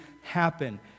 happen